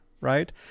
right